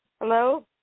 Hello